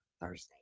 Thursday